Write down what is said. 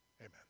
Amen